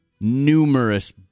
numerous